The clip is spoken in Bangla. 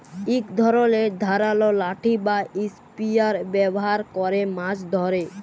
ইক ধরলের ধারালো লাঠি বা ইসপিয়ার ব্যাভার ক্যরে মাছ ধ্যরে